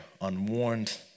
unwarned